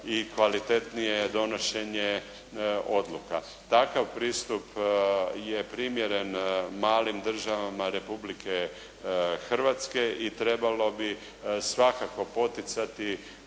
i kvalitetnije donošenje odluka. Takav pristup je primjeren malim državama Republke Hrvatske i trebalo bi svakako poticati